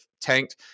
tanked